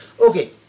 Okay